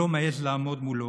שלא מעז לעמוד מולו.